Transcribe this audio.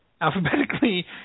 Alphabetically